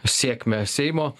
sėkmę seimo